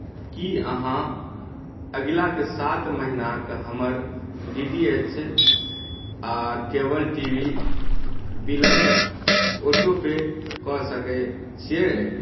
की अहाँ अगिलाके सात महिनाके हमर डी टी एच आ केबल टी वी बिलके ऑटो पे कऽ सकैत छियै